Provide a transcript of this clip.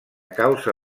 causa